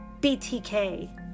BTK